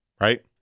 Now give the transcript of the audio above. right